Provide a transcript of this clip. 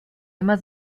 immer